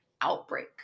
outbreak